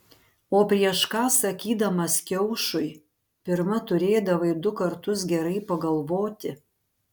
o prieš ką sakydamas kiaušui pirma turėdavai du kartus gerai pagalvoti